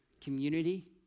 community